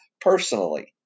personally